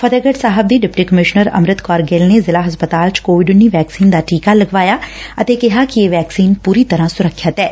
ਫਤਹਿਗਤ ਸਾਹਿਬ ਦੀ deputy commissioner Amrit Kaur Gill ਨੇ ਜ਼ਿਲ੍ਹਾ ਹਸਪਤਾਲ ਚ ਕੋਵਿਡ ਵੈਕਸੀਨ ਦਾ ਟੀਕਾ ਲਗਵਾਇਆ ਅਤੇ ਕਿਹਾ ਕਿ ਇਹ ਵੈਕਸੀਨ ਪੂਰੀ ਤਰਾਂ ਸੁਰੱਖਿਅਤ ਐ